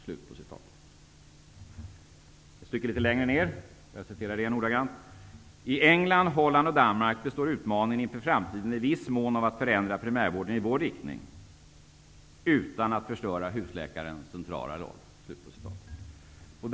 Ett stycke litet längre ner skriver man i rapporten: I England, Holland och Danmark består utmaningen inför framtiden i viss mån av att förändra primärvården i vår riktning, utan att förstöra husläkarens centrala roll.